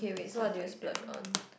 stuff like that